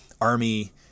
army